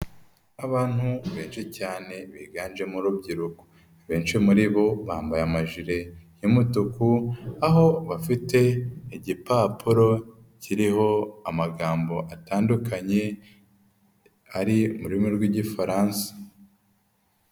Abantu benshi cyane biganjemo urubyiruko, benshi muri bo bambaye amajire y'umtuku, aho bafite igipapuro kiriho amagambo atandukanye, ari mu rurimi rw'igifaransa.